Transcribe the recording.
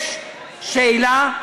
יש שאלה,